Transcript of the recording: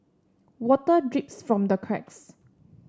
water drips from the cracks